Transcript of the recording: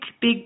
big